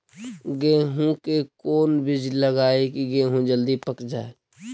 गेंहू के कोन बिज लगाई कि गेहूं जल्दी पक जाए?